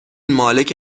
مالک